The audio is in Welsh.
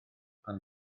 pan